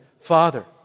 Father